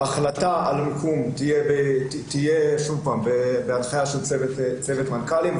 ההחלטה על מיקום תהיה בהנחיה של צוות מנכ"לים,